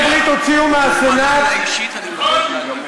חבר הכנסת יואב קיש, אני קוראת אותך לסדר פעם